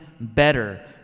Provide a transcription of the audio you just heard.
better